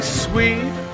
sweet